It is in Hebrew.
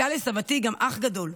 היה לסבתי גם אח גדול.